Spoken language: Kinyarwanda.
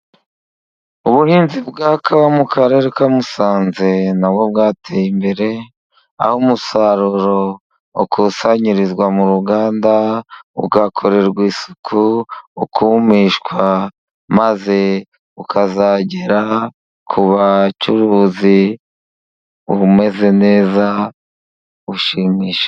Ubuhinzi bwa kawa mu karere ka Musanze, na bwo bwateye imbere aho umusaruro wakusanyirizwa mu ruganda ugakorerwa isuku, ukumishwa maze ukazagera ku bacuruzi umeze neza ushimisha.